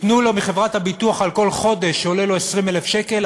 ייתנו לו מחברת הביטוח על כל חודש שעולה לו 20,000 שקל,